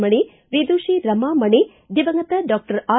ಮಣಿ ವಿದೂಷಿ ರಮಾ ಮಣಿ ದಿವಂಗತ doctor R